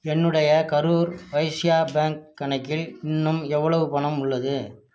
என்னுடைய கரூர் வைஸ்யா பேங்க் கணக்கில் இன்னும் எவ்வளவு பணம் உள்ளது